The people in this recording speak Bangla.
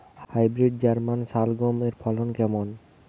হাইব্রিড জার্মান শালগম এর ফলন কেমন?